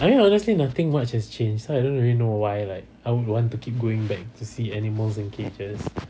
I mean honestly nothing much has changed so I don't know really know why how you want to keep going back to see animals in cages